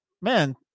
man